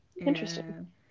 Interesting